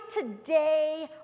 today